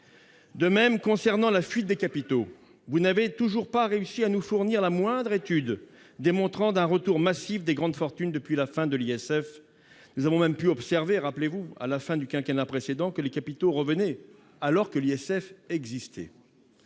De même, concernant la fuite des capitaux, vous n'avez toujours pas réussi à nous fournir la moindre étude démontrant un retour massif de grandes fortunes depuis la fin de l'ISF. Nous avons même pu observer, rappelez-vous, à la fin du quinquennat précédent, que les capitaux revenaient, alors que l'ISF existait.